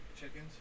chickens